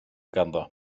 ganddo